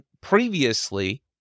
previously